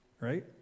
right